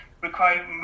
require